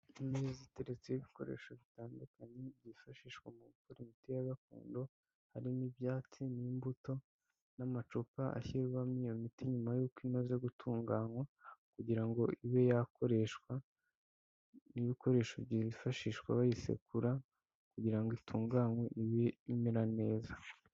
Imeza iteretse ibikoresho bitandukanye byifashishwa mu gukora imiti ya gakondo, harimo ibyatsi n'imbuto n'amacupa ashyirwamo iyo miti nyuma y'uko imaze gutunganywa kugira ngo ibe yakoreshwa n'ibikoresho byifashishwa bayisekura kugira ngo itunganwe ibe imera neza.